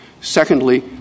Secondly